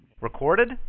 Recorded